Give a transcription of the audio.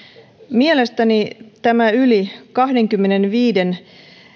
mielestäni tämä yli kahdenkymmenenviiden